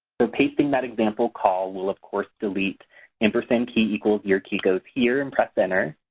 so pasting that example call we'll of course delete ampersand key equals your key goes here and press enter.